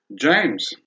James